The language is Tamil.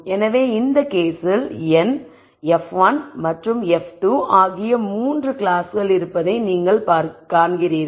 எனவே இந்த கேஸில் n f1 மற்றும் f2 ஆகிய 3 கிளாஸ்கள் இருப்பதை நீங்கள் காண்கிறீர்கள்